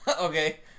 Okay